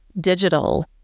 digital